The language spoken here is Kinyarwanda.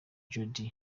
jody